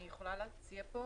אני יכולה להצביע פה